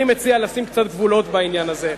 אני מציע לשים קצת גבולות בעניין הזה.